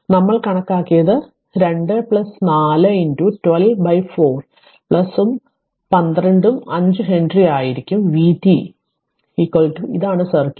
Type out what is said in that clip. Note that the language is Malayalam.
നമ്മൾ കണക്കാക്കിയത് 2 പ്ലസ് 4 124 പ്ലസ് പന്ത്രണ്ടും 5 ഹെൻറി ആയിരിക്കും vt ഇതാണ് സർക്യൂട്ട്